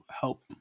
help